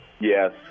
Yes